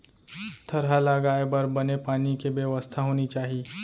थरहा लगाए बर बने पानी के बेवस्था होनी चाही